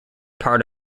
part